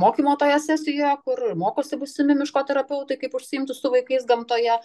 mokymo toje sesijoje kur mokosi būsimi miško terapeutai kaip užsiimti su vaikais gamtoje